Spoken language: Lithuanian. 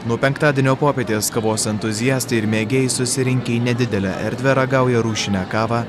nuo penktadienio popietės kavos entuziastai ir mėgėjai susirinkę į nedidelę erdvę ragauja rūšinę kavą